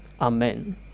amen